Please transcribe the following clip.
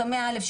קמ"ע ב'